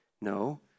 No